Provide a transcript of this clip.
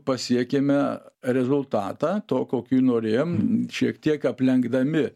pasiekėme rezultatą to kokį norėjom šiek tiek aplenkdami